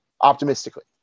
optimistically